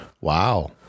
Wow